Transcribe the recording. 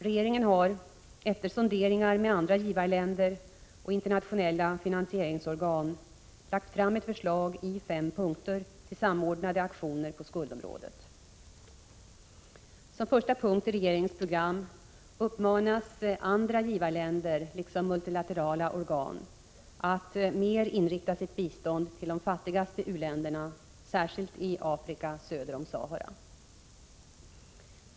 Regeringen har efter sonderingar med andra givarländer och internationella finansieringsorgan lagt fram ett förslag i fem punkter till samordnade aktioner på skuldområdet. Som första punkt i regeringens program uppmanas andra givarländer liksom multilaterala organ att mer inrikta sitt bistånd till de fattigaste u-länderna, särskilt i Afrika söder om Sahara.